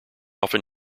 often